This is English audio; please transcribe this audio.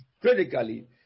critically